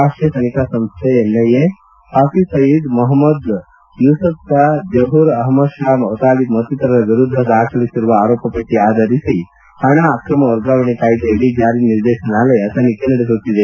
ರಾಷ್ಷೀಯ ತನಿಖಾ ಸಂಸ್ಥೆ ಎನ್ಐಎ ಹಫೀಜ್ ಸಯೀದ್ ಮಪ್ತದ್ ಯೂಸುಫ್ ಶಾ ಜಹೂರ್ ಅಹಮದ್ ಶಾ ವತಾಲಿ ಮತ್ತಿತರರ ವಿರುದ್ದ ದಾಖಲಿಸಿರುವ ಆರೋಪ ಪಟ್ಟ ಆಧರಿಸಿ ಹಣ ಅಕ್ರಮ ವರ್ಗಾವಣೆ ಕಾಯ್ದೆಡಿ ಜಾರಿ ನಿರ್ದೇಶನಾಲಯ ತನಿಖೆ ನಡೆಸುತ್ತಿದೆ